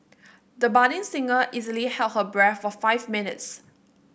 the budding singer easily held her breath for five minutes